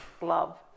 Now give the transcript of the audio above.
love